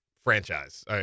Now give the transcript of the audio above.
franchise